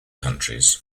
countries